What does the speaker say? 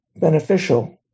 beneficial